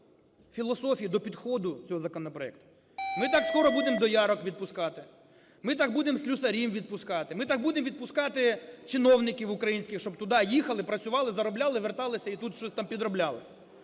філософії, до підходу цього законопроекту. Ми так скоро будемо доярок відпускати, ми так будемо слюсарів відпускати, ми так будемо відпускати чиновників українських, щоб туди їхали, працювали, заробляли, верталися і тут щось там підробляли.